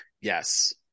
Yes